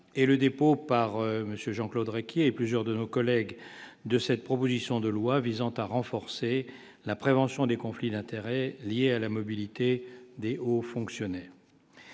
et le dépôt par monsieur Jean-Claude Rech et plusieurs de nos collègues de cette proposition de loi visant à renforcer la prévention des conflits d'intérêts liés à la mobilité aux fonctionnaires.